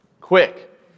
quick